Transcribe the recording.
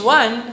one